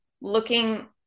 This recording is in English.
looking